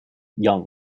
young